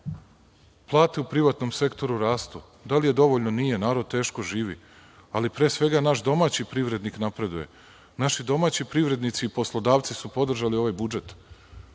plate u privatnom sektoru rastu. Da li je dovoljno? Nije, narod teško živi, ali pre svega naš domaći privrednik napreduje, naši domaći privrednici i poslodavci su podržali ovaj budžet.